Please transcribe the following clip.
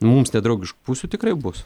mums nedraugiškų pusių tikrai bus